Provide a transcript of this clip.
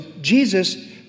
Jesus